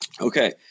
Okay